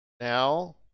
now